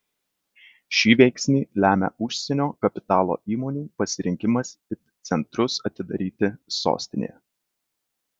šį veiksnį lemia užsienio kapitalo įmonių pasirinkimas it centrus atidaryti sostinėje